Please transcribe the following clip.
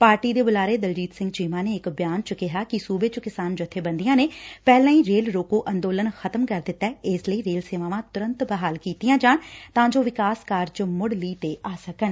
party ਦੇ ਬੁਲਾਰੇ ਦਲਜੀਤ ਸਿੰਘ ਚੀਮਾ ਨੇ ਇਕ ਬਿਆਨ ਚ ਕਿਹਾ ਕਿ ਸੁਬੇ ਚ ਕਿਸਾਨ ਜੱਬੇਬੰਦੀਆਂ ਨੇ ਪਹਿਲਾਂ ਹੀ ਰੇਲ ਰੋਕੋ ਅੰਦੋਲਨ ਖ਼ਤਮ ਕਰ ਦਿੱਤੈ ਇਸ ਲਈ ਰੇਲ ਸੇਵਾਵਾਂ ਤੁਰੰਤ ਬਹਾਲ ਕੀਤੀਆਂ ਜਾਣ ਤਾਂ ਜੋ ਵਿਕਾਸ ਕਾਰਜ ਮੁੜ ਲੀਹ ਤੇ ਆ ਸਕਣ